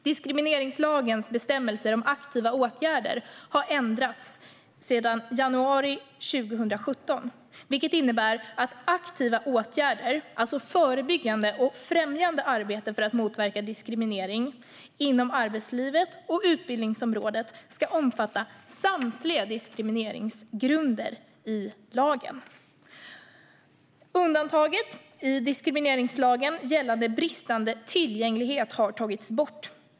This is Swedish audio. Diskrimineringslagens bestämmelser om aktiva åtgärder har ändrats sedan januari 2017, vilket innebär att aktiva åtgärder, det vill säga främjande och förebyggande åtgärder för att motverka diskriminering, inom arbetslivet och på utbildningsområdet ska omfatta samtliga diskrimineringsgrunder i lagen. Undantaget i diskrimineringslagen gällande bristande tillgänglighet har tagits bort.